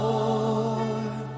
Lord